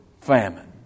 famine